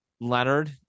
Leonard